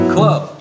Club